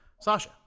sasha